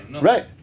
right